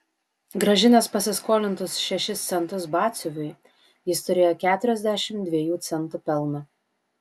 grąžinęs pasiskolintus šešis centus batsiuviui jis turėjo keturiasdešimt dviejų centų pelną